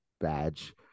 badge